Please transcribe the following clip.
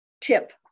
tip